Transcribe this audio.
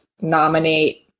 nominate